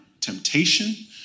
temptation